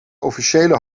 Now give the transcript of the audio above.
officiële